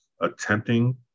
attempting